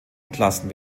entlassen